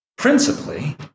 Principally